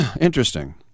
Interesting